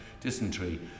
dysentery